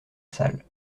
salle